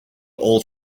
all